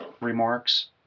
remarks